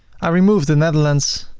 i remove the netherlands,